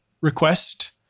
request